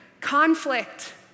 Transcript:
conflict